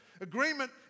Agreement